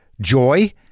joy